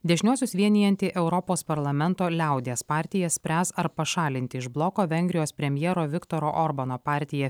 dešiniuosius vienijanti europos parlamento liaudies partija spręs ar pašalinti iš bloko vengrijos premjero viktoro orbano partiją